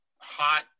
hot